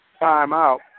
timeout